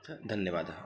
अथ धन्यवादः